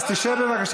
לא, זאת לא פרובוקציה.